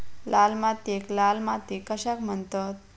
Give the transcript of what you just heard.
लाल मातीयेक लाल माती कशाक म्हणतत?